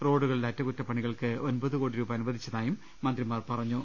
റോഡുകളുടെ അറ്റകുറ്റപ്പണികൾക്ക് ഒൻപത് കോടി രൂപ അനുവദിച്ചതായും മന്ത്രിമാർ പറഞ്ഞു